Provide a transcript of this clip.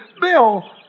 Bill